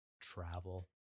travel